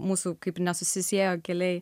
mūsų kaip nesusisiejo keliai